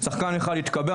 שחקן אחד התקבל,